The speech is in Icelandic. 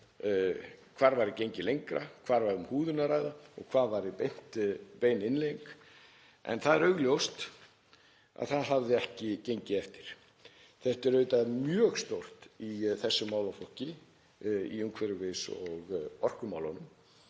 hvar væri gengið lengra, hvar væri um húðun að ræða og hvað væri bein innleiðing. En það er augljóst að það hafði ekki gengið eftir. Þetta er auðvitað mjög stórt í þessum málaflokki, í umhverfis- og orkumálum,